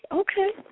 okay